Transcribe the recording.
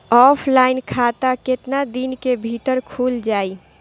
Offline खाता केतना दिन के भीतर खुल जाई?